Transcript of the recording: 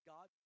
God